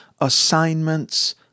assignments